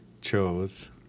chose